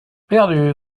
perdu